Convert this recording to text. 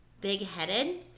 big-headed